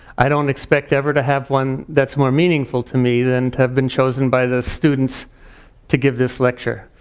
i don't expect ever to have one that's more meaningful to me than to have been chosen by the students to give this lecture,